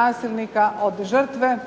nasilnika od žrtve,